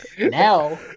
Now